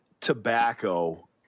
tobacco